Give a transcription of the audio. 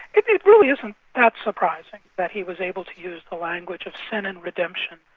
it really isn't that surprising that he was able to use the language of sin and redemption,